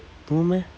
no meh